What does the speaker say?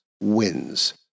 wins